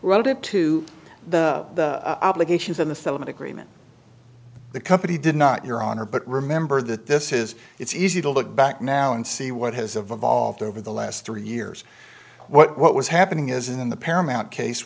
relative to the obligations in the settlement agreement the company did not your honor but remember that this is it's easy to look back now and see what has evolved over the last three years what was happening is in the paramount case